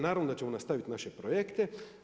Naravno da ćemo nastavit naše projekte.